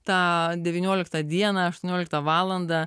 tą devynioliktą dieną aštuonioliktą valandą